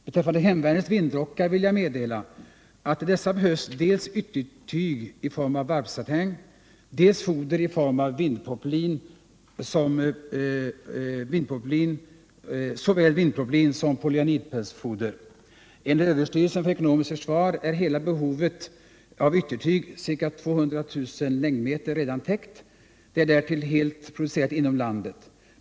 Beträffande hemvärnets vindrockar vill jag meddela att till dessa behövs dels yttertyg i form av varpsatin, dels foder i form av såväl vindpoplin som polyanidpälsfoder. Enligt överstyrelsen för ekonomiskt försvar är hela behovet av yttertyg, ca 200 000 längdmeter, redan täckt; det är därtill helt producerat inom landet.